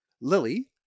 Lily